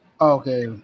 Okay